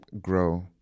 grow